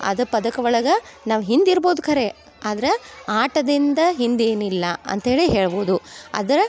ಆದ್ರ್ ಪದಕ ಒಳಗೆ ನಾವು ಹಿಂದೆ ಇರ್ಬೋದು ಕರೆ ಆದ್ರೆ ಆಟದಿಂದ ಹಿಂದೇನಿಲ್ಲ ಅಂತ ಹೇಳಿ ಹೇಳ್ಬೋದು ಆದರೆ